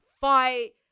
fight